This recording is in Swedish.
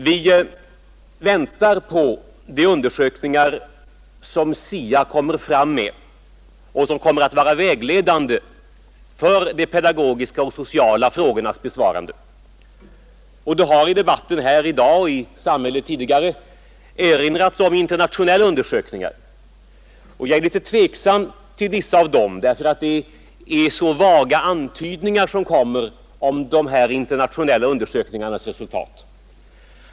Vi väntar på de undersökningar som SIA kommer med och som skall vara vägledande för de pedagogiska och sociala frågornas besvarande. Det har i debatten här i dag och i samhället tidigare erinrats om internationella undersökningar. Jag är litet tveksam inför vissa av dem därför att det är så vaga antydningar som kommer om dessa internationella undersökningars resultat.